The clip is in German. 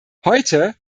heute